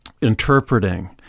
interpreting